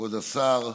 כבוד השר,